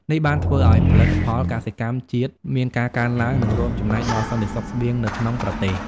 នេះបានធ្វើឲ្យផលិតផលកសិកម្មជាតិមានការកើនឡើង និងរួមចំណែកដល់សន្តិសុខស្បៀងនៅក្នុងប្រទេស។